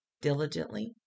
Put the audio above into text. diligently